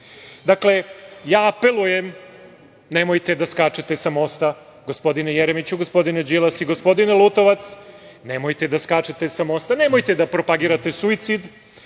je. Dakle, ja apelujem – nemojte da skačete sa mosta gospodine Jeremiću, gospodine Đilas i gospodine Lutovac, nemojte da skačete sa mosta, nemojte da propagirate suicid.